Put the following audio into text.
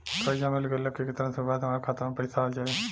कर्जा मिल गईला के केतना समय बाद हमरा खाता मे पैसा आ जायी?